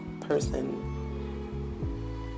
person